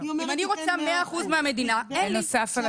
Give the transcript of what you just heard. אם אני רוצה 100 אחוזים מהרשות הפלסטינית, אין לי.